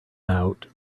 out